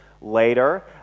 later